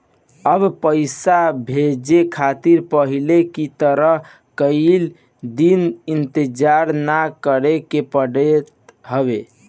अब पइसा भेजे खातिर पहले की तरह कई दिन इंतजार ना करेके पड़त हवे